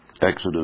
Exodus